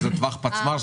שזה טווח פצמ"ר,